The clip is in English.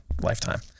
lifetime